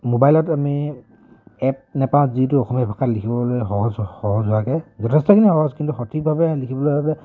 মোবাইলত আমি এপ নেপাওঁ যিটো অসমীয়া ভাষা লিখিবলৈ সহজ সহজ হোৱাকে যথেষ্টখিনি সহজ কিন্তু সঠিকভাৱে লিখিবলৈ বাবে